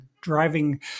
driving